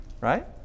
right